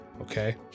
Okay